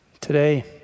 Today